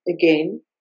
again